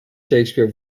shakespeare